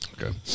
Okay